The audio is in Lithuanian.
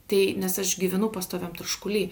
tai nes aš gyvenu pastoviam troškuly